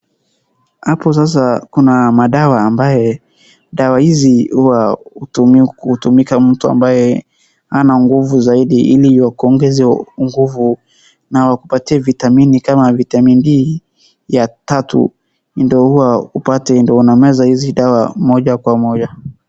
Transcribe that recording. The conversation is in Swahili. Kuna madawa ambaye dawa hizi hutumika na mtu ambaye hana nguvu zaidi ili kuongeza nguvu na wakupatie vitamini kama vitamini D ya tatu. Ndio huwa upate unameza hizi dawa moja kwa moja.